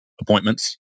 appointments